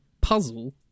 puzzle